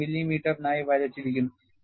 4 മില്ലിമീറ്ററിനായി വരച്ചിരിക്കുന്നു